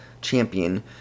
champion